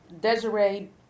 Desiree